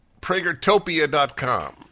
PragerTopia.com